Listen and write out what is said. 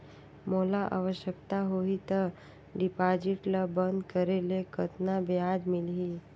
मोला आवश्यकता होही त डिपॉजिट ल बंद करे ले कतना ब्याज मिलही?